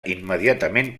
immediatament